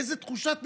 באיזה תחושת ניצחון: